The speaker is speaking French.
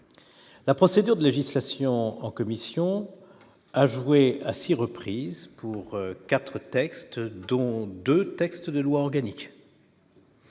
la procédure de législation en commission à jouer à 6 reprises pour 4 textes, dont 2 textes de loi organique,